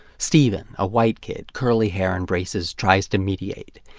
stephen, a white kid, curly hair and braces, tries to mediate.